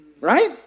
right